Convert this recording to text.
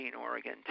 Oregon